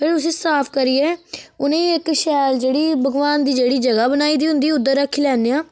fair उसी साफ करियै उनेंगी इक शैल जेह्ड़ी भगवान दी जेह्ड़ी जगह बनाई दी हुंदी उद्धर रक्खी लैन्ने आं